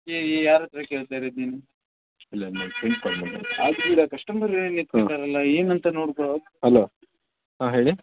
ಯೇ ಯಾರ ಹತ್ರ ಕೇಳ್ತಾಯಿರೋದು ನೀನು ಇಲ್ಲ ಇಲ್ಲ ನನ್ನ ಫ್ರೆಂಡ್ ಕಾಲ್ ಮಾಡಿರೋದು ಅದು ಬಿಡು ಕಷ್ಟಮರ್ ನಿಂತಿದ್ದಾರಲ್ಲ ಏನಂತ ನೋಡಿಕೋ ಹೋಗು ಹಲೋ ಹಾಂ ಹೇಳಿ